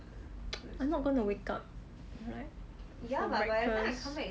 I'm not gonna wake up right for breakfast